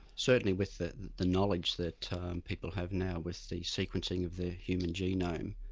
certainly with the the knowledge that people have now with the sequencing of the human genome,